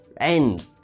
end